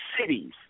cities